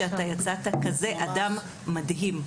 שאתה יצאת כזה אדם מדהים.